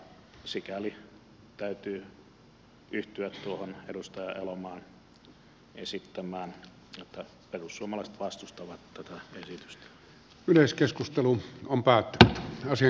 sikäli täytyy yhtyä edustaja elomaan esittämään että perussuomalaiset vastustavat tätä esitystä